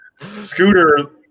scooter